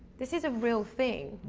this is a real thing.